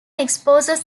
exposes